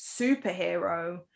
superhero